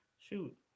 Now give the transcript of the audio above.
Shoot